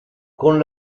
con